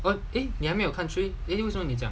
what eh 你还没有看 three then 为什么你讲